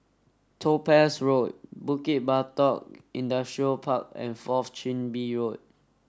Topaz Road Bukit Batok Industrial Park and Fourth Chin Bee Road